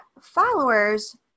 followers